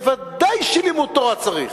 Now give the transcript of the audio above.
ודאי שלימוד תורה צריך.